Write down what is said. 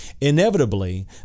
Inevitably